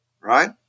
right